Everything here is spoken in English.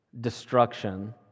destruction